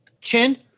chin